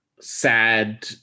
sad